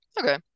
Okay